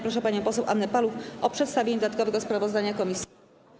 Proszę panią poseł Annę Paluch o przedstawienie dodatkowego sprawozdania komisji.